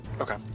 Okay